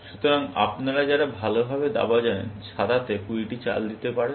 সুতরাং আপনারা যারা ভালো ভাবে দাবা জানেন সাদাতে 20 টি চাল দিতে পারেন